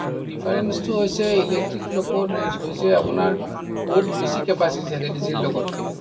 আৰু ডিফাৰেঞ্চটো হৈছে ইলেক্ট্ৰিক লক'ত হৈছে আপোনাৰ বহুত বেছি কেপাছিটি থাকে ডিজেল লক'তকে